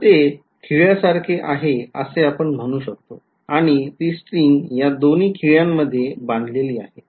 तर ते खिळ्या सारखे आहे असे आपण म्हणू शकतो आणि ती स्ट्रिंग यादोन्ही खिळ्यांमध्ये बांधलेली आहे